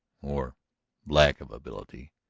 or lack of ability.